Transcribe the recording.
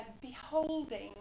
Beholding